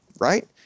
Right